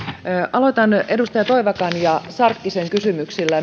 aloitan edustaja toivakan ja sarkkisen kysymyksistä